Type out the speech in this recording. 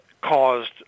caused